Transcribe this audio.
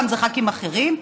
פעם זה ח"כים אחרים,